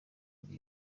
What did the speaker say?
muri